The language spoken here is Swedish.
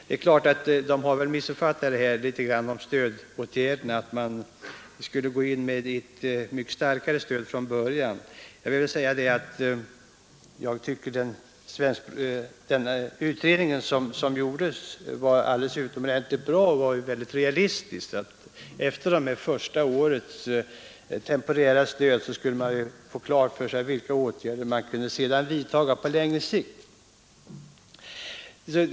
De människor som har vänt sig till mig har väl i viss mån missuppfattat stödåtgärdernas utformning och trott att man skulle gå in med mycket starkare stöd från början. Jag tycker att den utredning som gjordes var utomordentligt bra och mycket realistisk. Genom det här första årets temporära stöd skulle man få klart för sig vilka åtgärder man sedan på längre sikt kunde vidtaga.